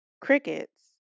crickets